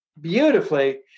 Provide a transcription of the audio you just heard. beautifully